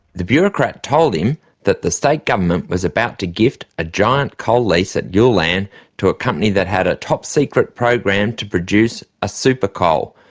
the bureaucrat told him that the state government was about to gift a giant coal lease at ulan to a company that had a top secret program to produce a supercoal,